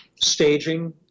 staging